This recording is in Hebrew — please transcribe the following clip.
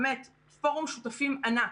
באמת פורום שותפים ענק.